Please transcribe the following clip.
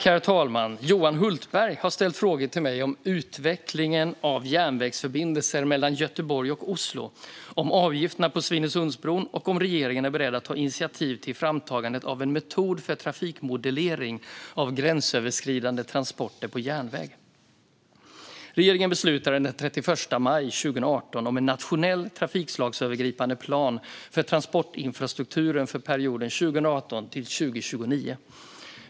Herr talman! Johan Hultberg har ställt frågor till mig om utvecklingen av järnvägsförbindelsen mellan Göteborg och Oslo, om avgifterna på Svinesundsbron och om regeringen är beredd att ta initiativ till framtagande av en metod för trafikmodellering av gränsöverskridande transporter på järnväg. Regeringen beslutade den 31 maj 2018 om en nationell trafikslagsövergripande plan för transportinfrastrukturen för perioden 2018-2029.